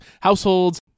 households